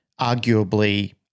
arguably